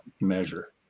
measure